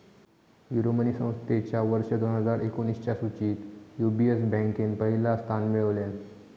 Euromoney संस्थेच्या वर्ष दोन हजार एकोणीसच्या सुचीत यू.बी.एस बँकेन पहिला स्थान मिळवल्यान